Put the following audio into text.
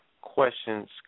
questions